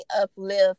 uplift